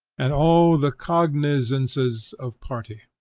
and all the cognizances of party.